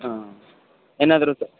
ಹಾಂ ಏನಾದರು ಸ